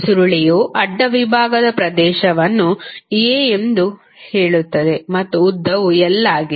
ಸುರುಳಿಯು ಅಡ್ಡ ವಿಭಾಗದ ಪ್ರದೇಶವನ್ನು A ಎಂದು ಹೇಳುತ್ತದೆ ಮತ್ತು ಉದ್ದವು l ಆಗಿದೆ